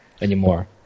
anymore